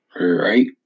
Right